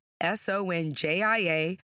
S-O-N-J-I-A